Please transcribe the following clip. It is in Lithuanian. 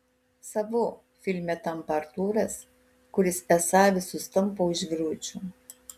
savu filme tampa artūras kuris esą visus tampo už virvučių